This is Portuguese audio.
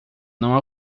não